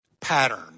pattern